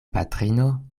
patrino